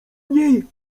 niej